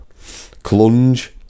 Clunge